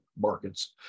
markets